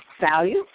value